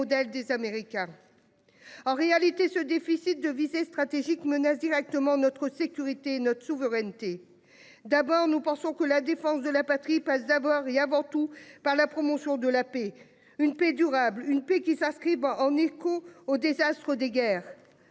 En réalité, ce déficit de visée stratégique menace directement notre sécurité et notre souveraineté. D'abord nous pensons que la défense de la patrie passe d'abord et avant tout par la promotion de la paix, une paix durable, une paix qui s'inscrivent en écho aux désastres des guerres.